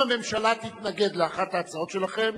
אם הממשלה תתנגד לאחת ההצעות שלכם,